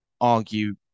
argue